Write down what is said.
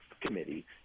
committee